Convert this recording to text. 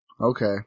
Okay